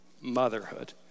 motherhood